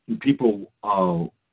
people